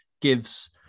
gives